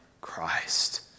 Christ